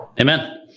Amen